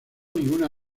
ninguna